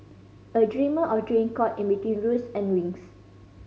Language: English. a dreamer of dream caught in between roots and wings